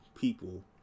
people